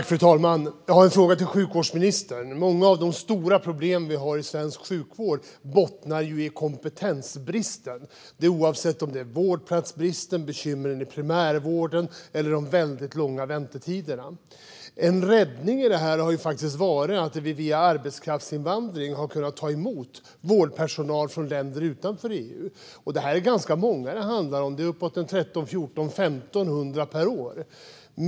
Fru talman! Jag har en fråga till sjukvårdsministern. Många av de stora problem vi har i svensk sjukvård bottnar i kompetensbristen. Det gäller oavsett om det är vårdplatsbrist, bekymmer inom primärvården eller orimligt långa väntetider. En räddning har faktiskt varit att vi via arbetskraftsinvandring har kunnat ta emot vårdpersonal från länder utanför EU. Det handlar om ganska många, uppåt 1 300, 1 400 eller 1 500 per år.